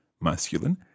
masculine